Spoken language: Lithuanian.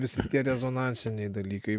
visi tie rezonansiniai dalykai